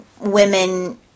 women